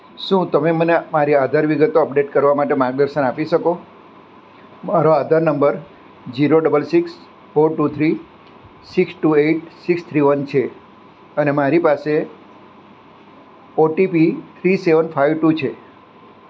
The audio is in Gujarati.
શું તમે મને મારી આધાર વિગતો અપડેટ કરવા માટે માર્ગદર્શન આપી શકો મારો Aadhaar number zero double six four two three six two eight six three one છે અને મારી પાસે OTP three seven five two છે